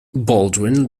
baldwin